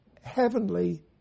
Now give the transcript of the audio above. heavenly